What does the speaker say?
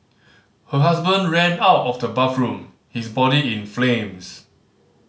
her husband ran out of the bathroom his body in flames